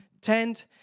tent